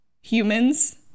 humans